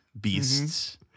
beasts